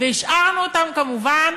והשארנו אותם כמובן